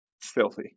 filthy